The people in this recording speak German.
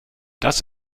das